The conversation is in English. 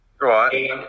Right